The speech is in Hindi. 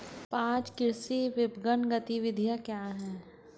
पाँच कृषि विपणन गतिविधियाँ क्या हैं?